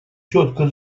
четко